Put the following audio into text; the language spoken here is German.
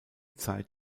zeit